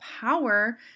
power